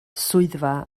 swyddfa